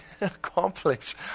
accomplish